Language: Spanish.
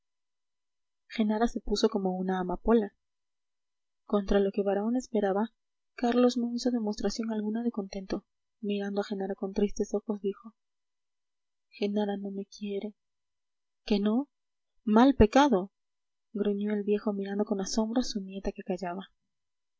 genara se puso como una amapola contra lo que baraona esperaba carlos no hizo demostración alguna de contento mirando a genara con tristes ojos dijo genara no me quiere que no mal pecado gruñó el viejo mirando con asombro a su nieta que callaba